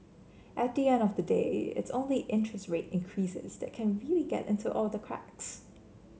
at the end of the day it's only interest rate increases that can really get into all the cracks